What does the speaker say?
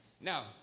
Now